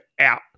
out